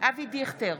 אבי דיכטר,